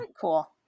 cool